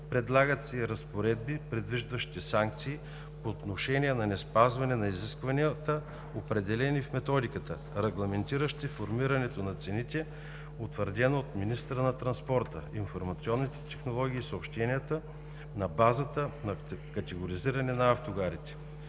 Предлагат се и разпоредби, предвиждащи санкции по отношение на неспазване на изискванията, определени в методиката, регламентираща формирането на цените, утвърдена от министъра на транспорта, информационните технологии и съобщенията, на базата на категоризиране на автогарите.